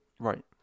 Right